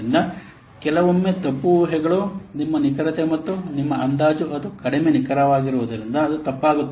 ಆದ್ದರಿಂದ ಕೆಲವೊಮ್ಮೆ ತಪ್ಪು ಊಹೆಗಳು ನಿಮ್ಮ ನಿಖರತೆ ಮತ್ತು ನಿಮ್ಮ ಅಂದಾಜು ಅದು ಕಡಿಮೆ ನಿಖರವಾಗುವುದರಿಂದ ಅದು ತಪ್ಪಾಗುತ್ತದೆ